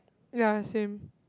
ya same